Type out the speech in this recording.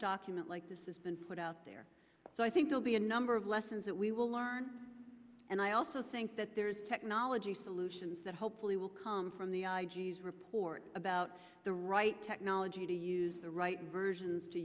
document like this has been put out there so i think they'll be a number of lessons that we will learn and i also think that there's technology solutions that hopefully will come from the i g report about the right technology to use the right versions to